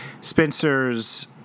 Spencer's